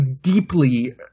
deeply